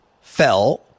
fell